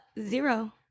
zero